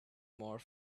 more